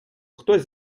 хтось